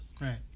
Right